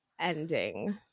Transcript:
ending